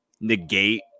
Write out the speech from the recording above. negate